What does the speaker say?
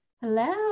Hello